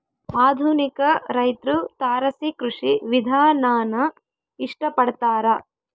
ಆಧುನಿಕ ರೈತ್ರು ತಾರಸಿ ಕೃಷಿ ವಿಧಾನಾನ ಇಷ್ಟ ಪಡ್ತಾರ